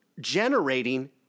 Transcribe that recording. Generating